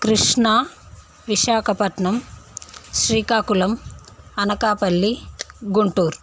Krishna Visakhapatnam Srikakulam Anakapalli Guntur